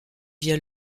via